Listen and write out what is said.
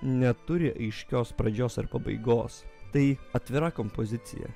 neturi aiškios pradžios ar pabaigos tai atvira kompozicija